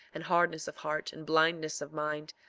and hardness of heart, and blindness of mind,